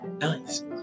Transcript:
nice